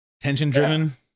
tension-driven